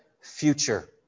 future